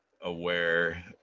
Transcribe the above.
aware